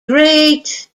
great